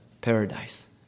paradise